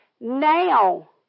now